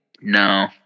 No